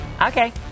Okay